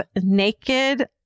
naked